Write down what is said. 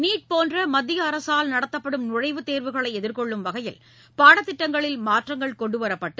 NEET போன்ற மத்திய அரசால் நடத்தப்படும் நுழைவுத் தேர்வுகளை எதிர்கொள்ளும் வகையில் பாடத்திட்டங்களில் மாற்றங்கள் கொண்டுவரப்பட்டு